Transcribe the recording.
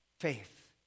Faith